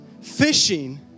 fishing